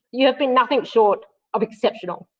you have been nothing short of exceptional.